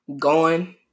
gone